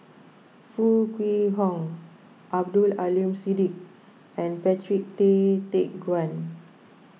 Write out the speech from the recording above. Foo Kwee Horng Abdul Aleem Siddique and Patrick Tay Teck Guan